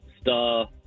star